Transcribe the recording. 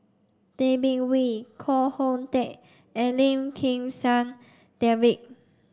Tay Bin Wee Koh Hoon Teck and Lim Kim San David